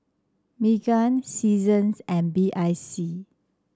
Megan Seasons and B I C